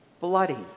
bloody